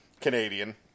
Canadian